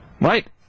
Right